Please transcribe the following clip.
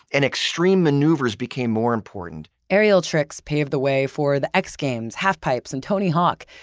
and extreme maneuvers became more important. aerial tricks paved the way for the x-games, half pipes, and tony hawk.